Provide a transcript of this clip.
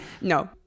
no